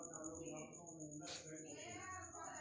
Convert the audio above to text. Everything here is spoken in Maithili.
मिट्टी रो प्रकार हिसाब से फसल उपजैलो जाय छै